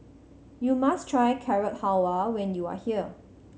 you must try Carrot Halwa when you are here